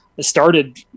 started